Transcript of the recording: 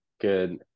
good